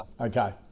Okay